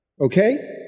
okay